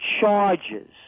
charges